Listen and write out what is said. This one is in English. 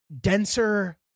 denser